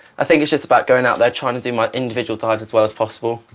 i think it's it's about going out there, trying to do my individual dives as well as possible.